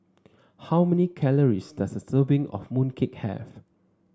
how many calories does a serving of mooncake have